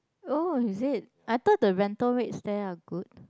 oh is it I thought the rental rates there are good